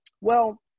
Well-